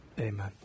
Amen